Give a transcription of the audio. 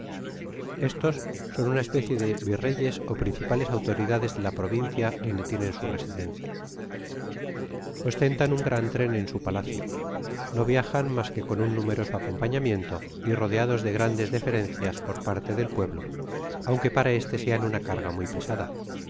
estos son una especie de vireyesó principales autoridades de la provincia donde tienen su residencia ostentan un gran tren en su palacio no viajan ai que con un numeroso acompañamiento y rodeados de grandes deferencias por parte del pueblo aunque para este sean una carga muy pesada